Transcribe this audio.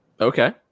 okay